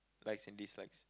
likes and dislikes